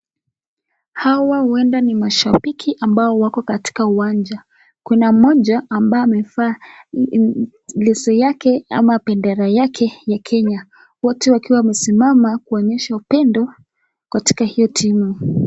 Hawa ueda ni mashambiki ambao wako katika uwanja. Kuna mmoja ambao amevaa leso yake ama bendera yake ya Kenya, wote wakiwa wamesimama kuonyesha upendo katika hio timu.